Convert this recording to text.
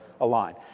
align